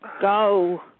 Go